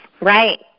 Right